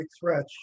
threats